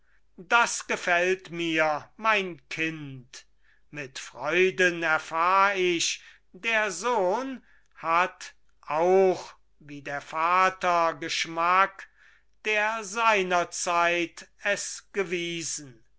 das gefällt mir mein kind mit freuden erfahr ich der sohn hat auch wie der vater geschmack der seinerzeit es gewiesen